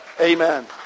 amen